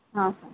ହଁ